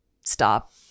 stop